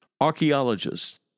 archaeologists